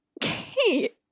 Kate